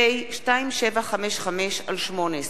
פ/3541/18.